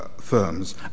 firms